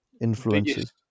influences